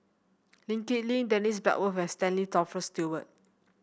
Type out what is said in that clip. Lee Kip Lin Dennis Bloodworth and Stanley Toft Stewart